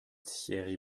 thierry